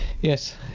Yes